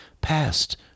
past